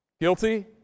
Guilty